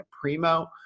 Primo